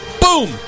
Boom